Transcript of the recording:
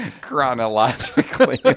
chronologically